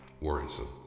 worrisome